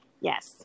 Yes